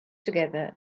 together